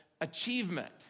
achievement